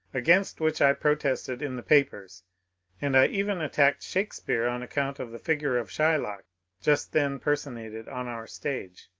against which i protested in the papers and i even attacked shakespeare on account of the figure of shylock just then personated on our stage.